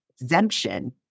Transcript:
exemption